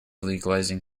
legalizing